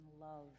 love